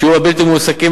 שיעור הבלתי מועסקים,